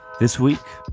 this week,